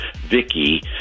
Vicky